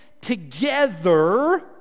together